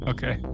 Okay